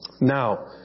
Now